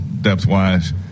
depth-wise